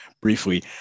briefly